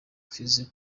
twizeye